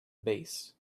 base